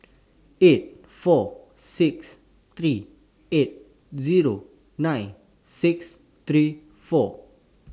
eight four six three eight Zero nine six three four